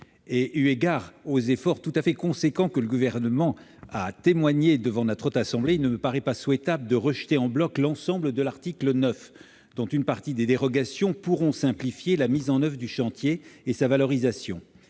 et eu égard aux efforts tout à fait considérables que le Gouvernement a consentis à la Haute Assemblée, il ne me paraît pas souhaitable de rejeter en bloc l'article 9, dont une partie des dispositions pourraient simplifier la mise en oeuvre du chantier et sa valorisation.